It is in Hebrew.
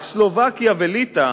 רק סלובקיה וליטא,